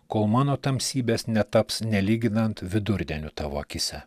kol mano tamsybės netaps nelyginant vidurdieniu tavo akyse